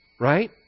Right